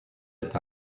est